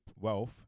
wealth